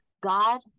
God